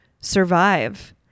survive